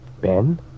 Ben